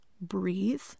breathe